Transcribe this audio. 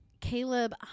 Caleb